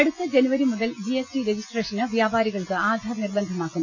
അടുത്ത ജനുവരി മുതൽ ജിഎസ്ടി രജിസ്ട്രേഷനു വ്യാപാരികൾ ക്ക് ആധാർ നിർബന്ധമാക്കും